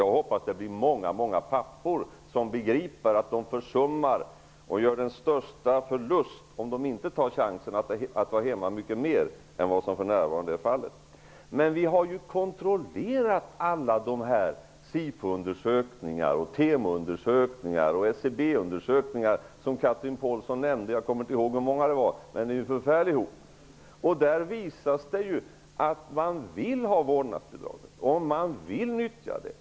Jag hoppas att många många pappor kommer att begripa att de gör den största förlust om de inte tar chansen att vara hemma mycket mer än vad som för närvarande är fallet. Vi har ju kontrollerat alla dessa SIFO SCB-undersökningar som Chatrine Pålsson nämnde; jag kommer inte ihåg hur många det var, men det är en förfärligt stor hop. Av dessa undersökningar framgår det att man vill ha vårdnadsbidraget och att man vill nyttja det.